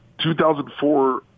2004